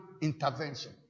intervention